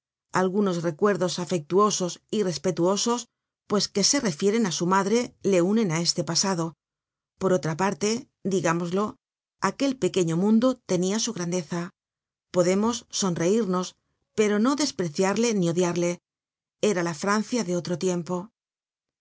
algunos recuerdos afectuosos y respetuosos pues que se refieren á su madre le unen á este pasado por otra parte digámoslo aquel pequeño mundo tenia su grandeza podemos sonreimos pero no despreciarle ni odiarle era la francia de otro tiempo